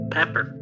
Pepper